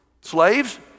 Slaves